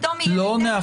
פתאום זה בסדר.